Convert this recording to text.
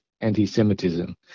anti-Semitism